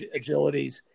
agilities